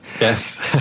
Yes